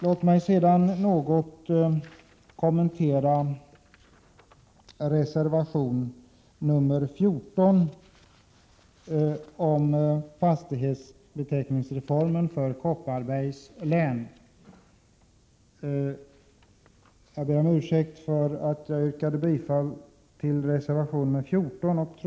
Låt mig sedan något kommentera reservation 14 om fastighetsbeteckningsreformen för Kopparbergs län.